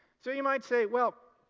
so, you might say, well,